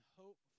hope